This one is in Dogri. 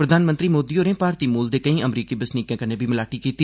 प्रधानमंत्री मोदी होरें भारती मूल दे केई अमरीकी बसनीकें कन्नै बी मलाटी कीती